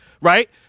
Right